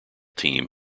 team